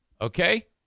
okay